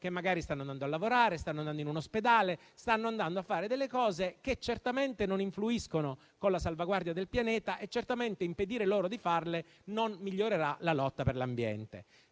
che magari stanno andando a lavorare, in un ospedale o a fare cose che certamente non influiscono sulla salvaguardia del pianeta: di certo, impedire loro di farle non migliorerà la lotta per l'ambiente.